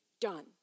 Done